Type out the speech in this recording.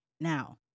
Now